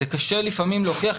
קשה לפעמים להוכיח,